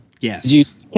yes